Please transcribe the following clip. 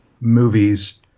movies